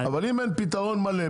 אבל אם אין פתרון מלא,